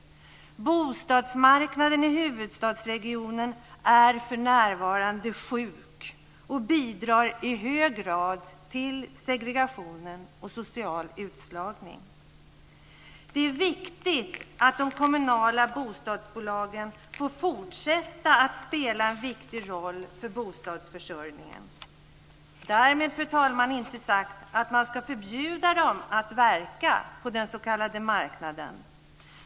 Bostadsmarknaden i huvudstadsregionen är för närvarande "sjuk" och bidrar i hög grad till segregationen och social utslagning. Det är viktigt att de kommunala bostadsbolagen får fortsätta att spela en viktig roll för bostadsförsörjningen. Därmed, fru talman, är inte sagt att man ska förbjuda dem att verka på den s.k. marknaden.